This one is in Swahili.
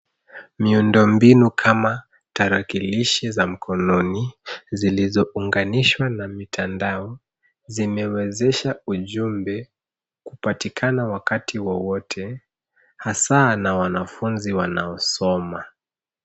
Miundo mbinu kama tarakilishi za mkononi zilizo unganishwa na mitandao zimewezesha ujumbe kupatikana wakati wowote hasa na wanafunzi wanaosoma.